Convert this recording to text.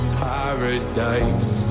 paradise